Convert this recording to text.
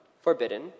forbidden